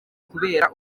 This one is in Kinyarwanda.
kubera